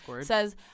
says